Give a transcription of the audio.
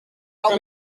help